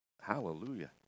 Hallelujah